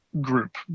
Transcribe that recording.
group